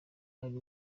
ari